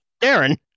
Darren